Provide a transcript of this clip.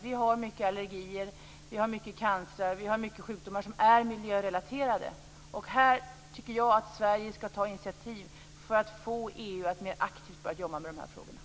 Vi har mycket allergier, mycket cancer, många sjukdomar som är miljörelaterade. Jag tycker att Sverige ska ta initiativ för att få EU att mer aktivt börja jobba med de här frågorna.